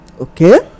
okay